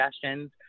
suggestions